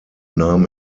nahm